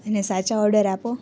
અને સાચા ઓર્ડર આપો